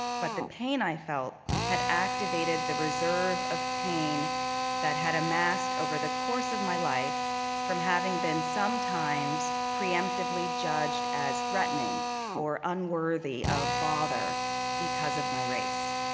but the pain i felt had activated the reserve of pain that had amassed over the course of my life from having been sometimes preemptively judged as threatening or unworthy of bother because of my race.